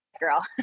girl